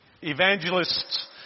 Evangelists